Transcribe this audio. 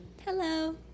Hello